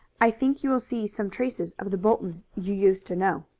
i think you will see some traces of the bolton you used to know.